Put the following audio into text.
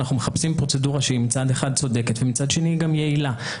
אנחנו מחפשים פרוצדורה שמצד אחד היא צודקת ומצד שני היא גם יעילה.